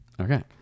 Okay